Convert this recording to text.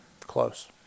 Close